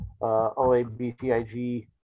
oabcig